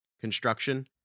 construction